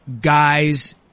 guys